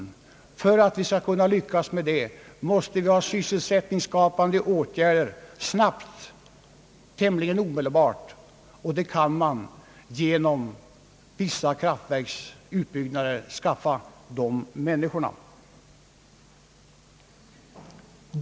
För att vi skall kunna lyckas med det måste vi snabbt, tämligen omedelbart, genomföra sysselsättningsskapande åtgärder, och genom vissa kraftverksutbyggnader kan man skaffa dessa människor arbete.